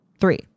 Three